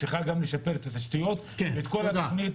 צריכה גם לשפר את התשתיות ואת כל השאר.